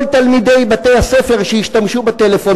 כל תלמידי בתי-הספר שישתמשו בטלפונים